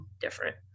different